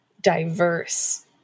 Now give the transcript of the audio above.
diverse